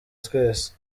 twese